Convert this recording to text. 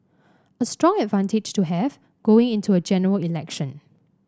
a strong advantage to have going into a General Election